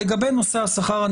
לגבי נושא השכר,